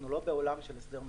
אנחנו לא בעולם של הסדר נושים.